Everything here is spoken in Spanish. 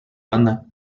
banda